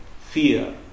fear